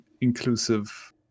inclusive